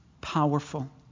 powerful